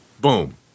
Boom